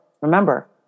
Remember